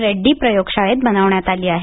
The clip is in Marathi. रेड्डी प्रयोगशाळेत बनवण्यात आली आहे